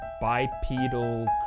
bipedal